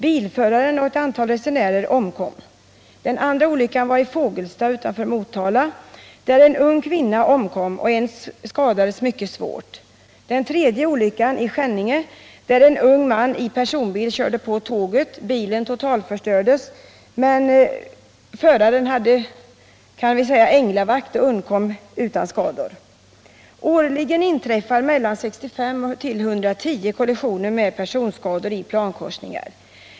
Bilföraren och ett antal resenärer omkom. Den andra olyckan hände i Fågelsta utanför Motala där en ung kvinna omkom och en skadades mycket svårt. Den tredje olyckan hände i Skänninge där en ung man i personbil körde på tåget. Bilen totalförstördes, men föraren hade änglavakt och undkom utan skador. Årligen inträffar mellan 65 och 110 kollisioner med personskador som följd i plankorsningar.